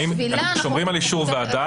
כאשר אומרים אישור ועדה,